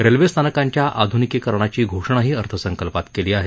railway स्थानकांच्या आधुनिकीकरणाची घोषणाही अर्थसंकल्पात केली आहे